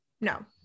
no